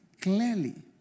Clearly